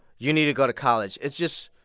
you need to go to college. it's just,